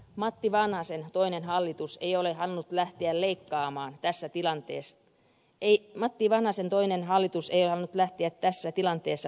matti vanhasen toinen hallitus ei ole halunnut lähteä tässä tilanteessa ei matti väänäsen toinen hallitus ei hän lähtee leikkausten tielle